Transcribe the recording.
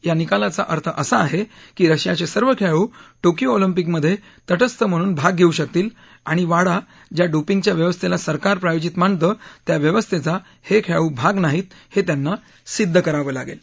या निकालाचा अर्थ असा आहे की रशियाचे सर्व खेळाडू टोकियो ऑलिंपिकमध्ये तटस्थ म्हणून भाग घेऊ शकतील आणि वाडा ज्या डोपिंगच्या व्यवस्थेला सरकार प्रायोजित मानतं त्या व्यवस्थेचा हे खेळाडू भाग नाहीत हे त्यांना सिद्ध करावं लागेल